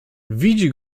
widzi